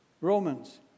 Romans